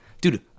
Dude